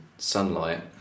sunlight